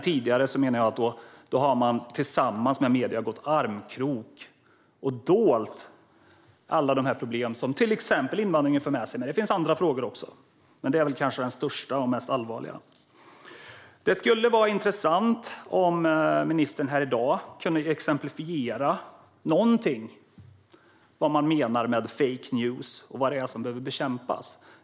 Tidigare har man i stället gått i armkrok med medierna och dolt de problem som till exempel invandringen för med sig. Det finns andra frågor också, men det är väl kanske den största och mest allvarliga. Det skulle vara intressant om ministern här i dag kunde exemplifiera vad man menar med fake news och vad det är som behöver bekämpas.